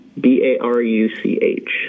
B-A-R-U-C-H